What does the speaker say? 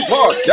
Park